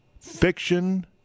fiction